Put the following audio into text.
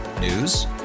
News